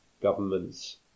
governments